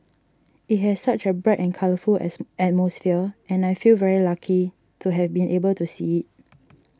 it has such a bright and colourful as atmosphere and I feel very lucky to have been able to see it